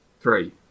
Three